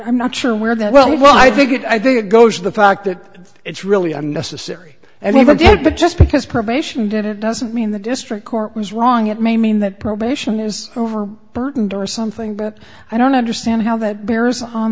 not sure where that well i think it i think it goes to the fact that it's really unnecessary and even but just because probation did it doesn't mean the district court was wrong it may mean that probation is over burdened or something but i don't understand how that bears on